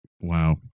Wow